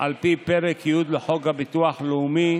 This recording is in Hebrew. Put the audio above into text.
על פי פרק י' לחוק הביטוח הלאומי,